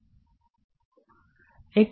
તો ચાલો આપણે તેને જોઈએ